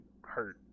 hurt